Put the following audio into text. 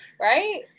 right